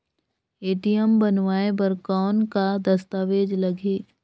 ATM बनवाय बर कौन का दस्तावेज लगही?